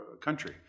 country